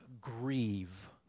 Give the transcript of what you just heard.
grieve